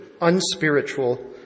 unspiritual